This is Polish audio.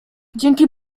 dzięki